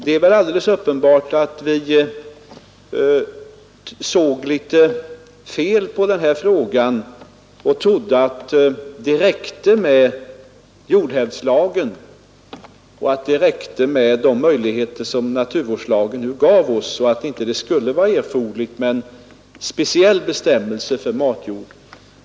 Det är väl alldeles uppenbart att vi såg litet fel på denna fråga när vi trodde att det räckte med jordhävdslagen och de möjligheter som naturvårdslagen gav oss och att det inte skulle vara erforderligt med en speciellt bestämmelse för matjord.